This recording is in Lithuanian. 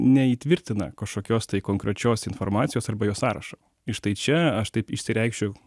neįtvirtina kažkokios konkrečios informacijos arba jos sąrašo ir štai čia aš taip išsireikšiu